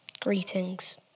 greetings